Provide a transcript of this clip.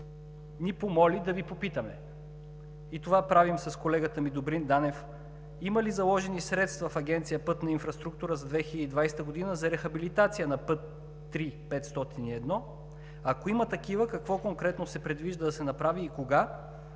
ни помоли да Ви попитаме и това правим с колегата ми Добрин Данев: има ли заложени средства в Агенция „Пътна инфраструктура“ за 2020 г. за рехабилитация на път III-501? Ако има такива, какво конкретно се предвижда да се направи и кога,